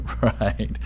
Right